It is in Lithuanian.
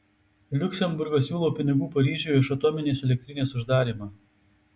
liuksemburgas siūlo pinigų paryžiui už atominės elektrinės uždarymą